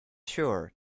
sure